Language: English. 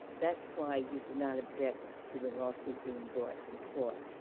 that's why you did not object to the lawsuit being brought in court.